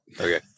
okay